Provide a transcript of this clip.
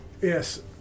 Yes